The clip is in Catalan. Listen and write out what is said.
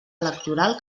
electoral